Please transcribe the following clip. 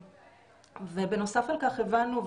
בנוסף על כך הבנו,